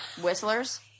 Whistlers